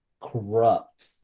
corrupt